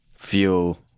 feel